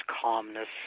calmness